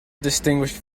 distinguished